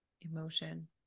emotion